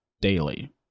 Daily